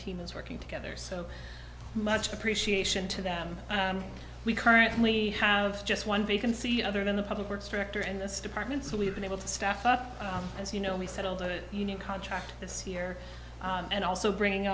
team is working together so much appreciation to them we currently have just one vacancy other than the public works director in this department so we've been able to staff up as you know we settled it you know contract this year and also bring